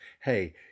hey